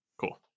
Cool